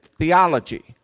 theology